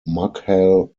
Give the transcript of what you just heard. mughal